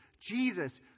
Jesus